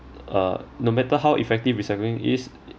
uh no matter how effective recycling is